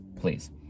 please